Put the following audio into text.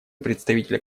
представителя